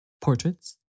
Portraits